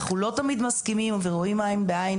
אנחנו לא תמיד מסכימים ורואים עין בעין,